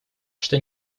что